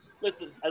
listen